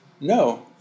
No